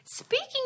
Speaking